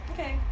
Okay